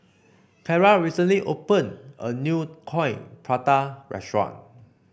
Carra recently opened a new Coin Prata restaurant